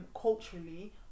culturally